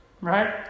Right